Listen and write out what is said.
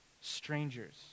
strangers